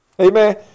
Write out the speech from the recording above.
Amen